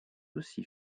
aussi